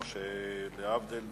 בעד,